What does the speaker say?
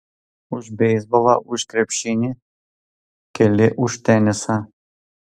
už beisbolą už krepšinį keli už tenisą